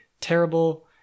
terrible